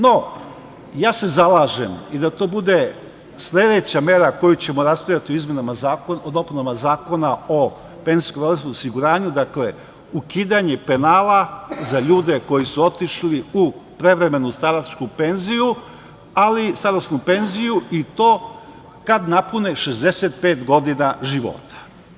No, ja se zalažem i da to bude sledeća mera o kojoj ćemo raspravljati u dopunama Zakona o penzijsko-invalidskom osiguranje, dakle ukidanje penala za ljude koji su otišli u prevremenu starosnu penziju, i to kad napune 65 godina života.